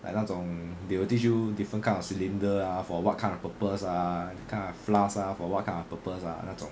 like 那种 they will teach you different kind of cylinder ah for what kind of purpose ah what kind of flask for what kind of purpose ah 那种